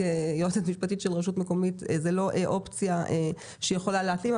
יועצת משפטית של רשות מקומית זה לא אופציה שיכולה להתאים,